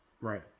Right